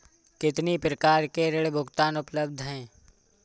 कितनी प्रकार के ऋण भुगतान उपलब्ध हैं?